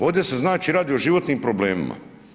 Ovdje se znači radi o životnim problemima.